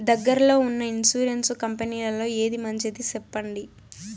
దగ్గర లో ఉన్న ఇన్సూరెన్సు కంపెనీలలో ఏది మంచిది? సెప్పండి?